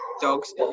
dogs